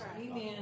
Amen